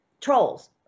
trolls